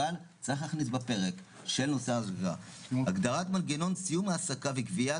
אבל צריך להכניס בפרק הגדרת מנגנון סיום העסקה וגבייה